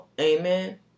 Amen